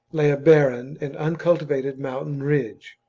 lay a barren and un cultivated mountain ridge.